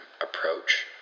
approach